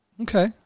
Okay